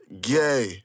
gay